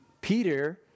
Peter